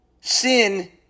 sin